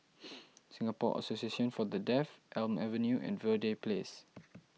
Singapore Association for the Deaf Elm Avenue and Verde Place